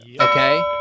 okay